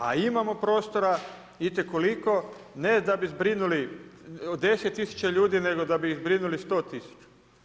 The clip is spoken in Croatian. A imamo prostora itekoliko, ne da bi zbrinuli 10 tisuća ljudi nego da bi zbrinuli 100 tisuća.